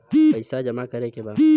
पैसा जमा करे के बा?